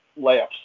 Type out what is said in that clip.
layups